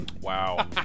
wow